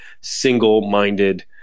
single-minded